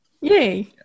Yay